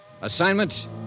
Assignment